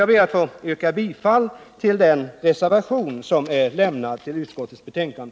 Jag ber att få yrka bifall till den reservation som är fogad till utskottets betänkande.